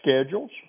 schedules